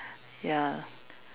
ya